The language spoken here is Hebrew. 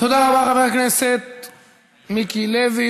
תודה רבה, חבר הכנסת מיקי לוי.